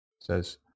says